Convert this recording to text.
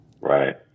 Right